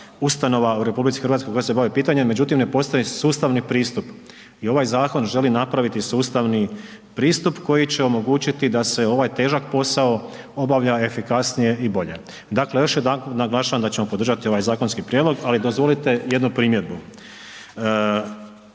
ustanova u RH koja se bave pitanjem međutim ne postoji sustavni pristup i ovaj zakon želi napraviti sustavni pristup koji će omogućiti da se ovaj težak posao obavlja efikasnije i bolje. Dakle još jedanput naglašavam da ćemo podržati ovaj zakonski prijedlog ali dozvolite jednu primjedbu.